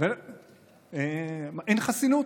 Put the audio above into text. ואין חסינות,